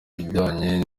bijyanye